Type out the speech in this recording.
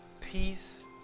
peace